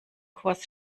kurs